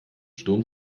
sturm